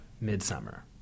Midsummer